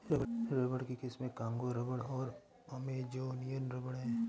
rubber की किस्में Congo rubber और अमेजोनियन रबर हैं